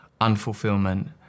unfulfillment